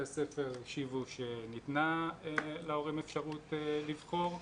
הספר השיבו שניתנה להורים אפשרות לבחור,